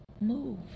move